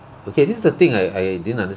okay this is the thing I I didn't underst~